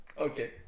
Okay